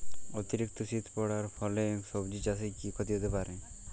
অতিরিক্ত শীত পরার ফলে সবজি চাষে কি ক্ষতি হতে পারে?